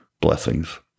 Blessings